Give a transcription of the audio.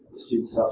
the students ah